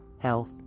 health